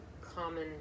common